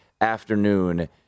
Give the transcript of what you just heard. afternoon